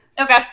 Okay